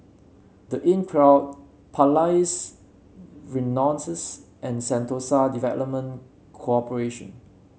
The Inncrowd Palais Renaissance and Sentosa Development Corporation